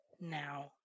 now